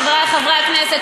חברי חברי הכנסת,